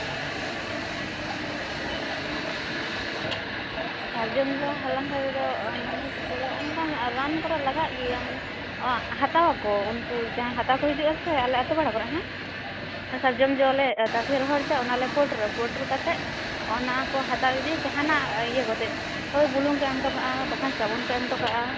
ᱥᱟᱨᱡᱚᱢ ᱡᱚ ᱦᱟᱞᱟᱝ ᱠᱟᱛᱮᱫ ᱫᱚ ᱢᱟᱱᱮ ᱪᱮᱫᱠᱚ ᱞᱟᱹᱭᱟ ᱚᱱᱠᱟᱱ ᱨᱟᱱ ᱠᱚᱨᱮ ᱞᱟᱜᱟᱜ ᱜᱮᱭᱟ ᱢᱟᱱᱮ ᱦᱟᱛᱟᱣᱟᱠᱚ ᱩᱱᱠᱩ ᱡᱟᱦᱟᱸᱭ ᱦᱟᱛᱟᱣ ᱠᱚ ᱦᱤᱡᱩᱜᱼᱟᱥᱮ ᱟᱞᱮ ᱟᱛᱳ ᱯᱟᱲᱟ ᱠᱚᱨᱮ ᱦᱮᱸ ᱥᱟᱨᱡᱚᱢ ᱡᱚ ᱞᱮ ᱛᱟᱥᱮ ᱨᱚᱦᱚᱲ ᱛᱮ ᱚᱱᱟ ᱞᱮ ᱯᱳᱴᱳᱨᱟ ᱯᱳᱴᱳᱨ ᱠᱟᱛᱮᱫ ᱚᱱᱟ ᱠᱚ ᱦᱟᱛᱟᱣ ᱤᱫᱤ ᱡᱟᱦᱟᱱᱟᱜ ᱤᱭᱟᱹ ᱠᱚᱛᱮ ᱦᱳᱭ ᱵᱩᱞᱩᱝ ᱠᱚ ᱮᱢ ᱦᱚᱴᱚ ᱠᱟᱜᱼᱟ ᱵᱟᱠᱷᱟᱱ ᱥᱟᱵᱚᱱ ᱠᱚ ᱮᱢ ᱦᱚᱴᱚ ᱠᱟᱜᱼᱟ